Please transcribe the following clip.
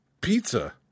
pizza